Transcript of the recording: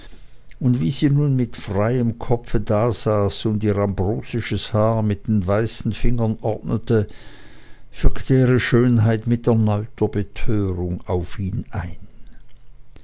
und wie sie nun mit freiem kopfe dasaß und ihr ambrosisches haar mit den weißen fingern ordnete wirkte ihre schönheit mit erneuter betörung auf ihn ein